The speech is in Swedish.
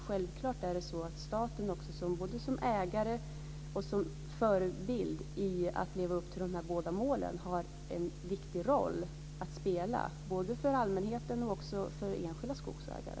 Självklart har staten, både som ägare och som förebild i att leva upp till de båda målen, en viktig roll att spela både för allmänheten och för enskilda skogsägare.